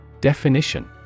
Definition